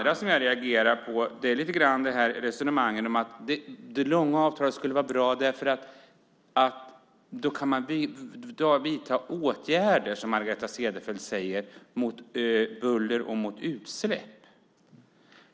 Det andra jag reagerar på är resonemanget att det långa avtalet är bra, som Margareta Cederfelt säger, för att man då kan vidta åtgärder mot buller och utsläpp.